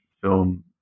film